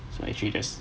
so actually that's